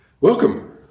Welcome